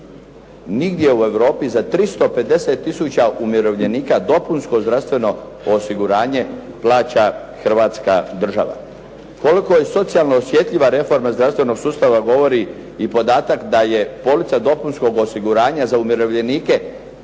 nigdje u Europi za 350000 umirovljenika dopunsko zdravstveno osiguranje plaća Hrvatska država. Koliko je socijalno osjetljiva reforma zdravstvenog sustava govori i podatak da je polica dopunskog osiguranja za umirovljenike,